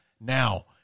Now